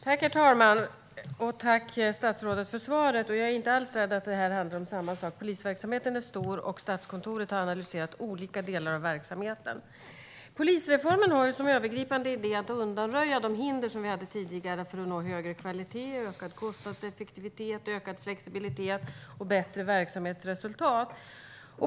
Herr talman! Tack, statsrådet, för svaret! Jag är inte alls rädd att det här handlar om samma sak som den förra debatten. Polisverksamheten är stor, och Statskontoret har analyserat olika delar av verksamheten. Polisreformen har som övergripande idé att undanröja de hinder som vi hade tidigare för att nå högre kvalitet, ökad kostnadseffektivitet, ökad flexibilitet och bättre verksamhetsresultat.